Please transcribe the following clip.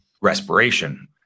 respiration